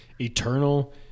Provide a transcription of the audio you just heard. Eternal